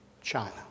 China